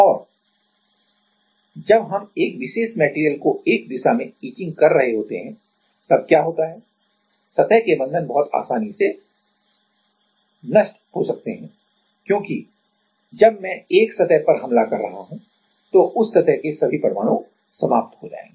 और जब हम एक विशेष मेटेरियल को एक दिशा में इचिंग कर रहे होते हैं तब क्या होता है सतह के बंधन बहुत आसानी से नष्ट हो सकते हैं क्योंकि जब मैं एक सतह पर हमला कर रहा हूं तो उस सतह के सभी परमाणु समाप्त हो जाएंगे